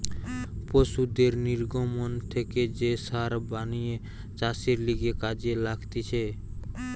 পশুদের নির্গমন থেকে যে সার বানিয়ে চাষের লিগে কাজে লাগতিছে